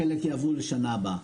חלק יעברו לשנה הבאה.